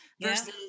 versus